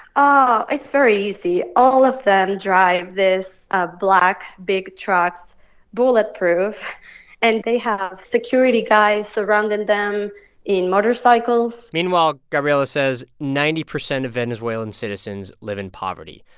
ah it's very easy. all of them drive this ah black, big trucks bulletproof and they have security guys surrounding them in motorcycles meanwhile, gabriela says, ninety percent of venezuelan citizens live in poverty.